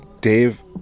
Dave